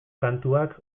kantuak